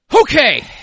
Okay